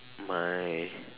my